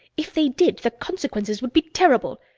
if they did, the consequences would be terrible.